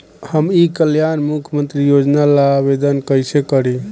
हम ई कल्याण मुख्य्मंत्री योजना ला आवेदन कईसे करी?